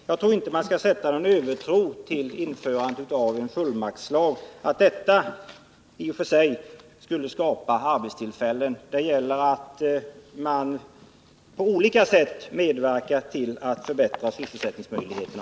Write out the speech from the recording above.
Jag tror inte man bör ha någon övertro på att införande av någon fullmaktslag i och för sig skulle skapa arbetstillfällen. Det gäller att på olika sätt medverka till att förbättra sysselsättningsmöjligheterna.